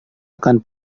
akan